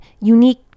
unique